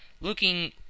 looking